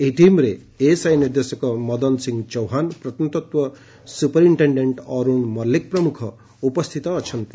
ଏହି ଟିମ୍ରେ ଏଏସ୍ଆଇ ନିର୍ଦ୍ଦେଶକ ମଦନ ସିଂହ ଚୌହାନ୍ ପ୍ରତ୍ନତତ୍ତ୍ ସୁପରିଟେଣେଣ୍ ଅରୁଣ ମଲ୍କିକ ମଧ୍ଧ ଉପସ୍ଥିତ ଅଛନ୍ତି